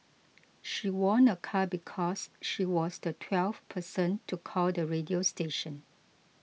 she won a car because she was the twelfth person to call the radio station